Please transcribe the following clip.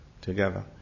together